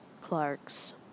Clarks